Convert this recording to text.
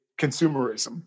consumerism